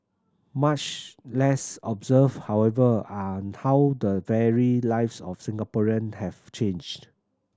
much less observed however are how the very lives of Singaporean have changed